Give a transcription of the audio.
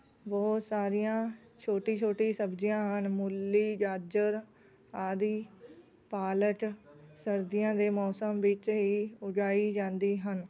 ਬਹੁਤ ਸਾਰੀਆਂ ਛੋਟੀ ਛੋਟੀ ਸਬਜ਼ੀਆਂ ਹਨ ਮੂਲੀ ਗਾਜਰ ਆਦਿ ਪਾਲਕ ਸਰਦੀਆਂ ਦੇ ਮੌਸਮ ਵਿੱਚ ਹੀ ਉਗਾਈ ਜਾਂਦੀ ਹਨ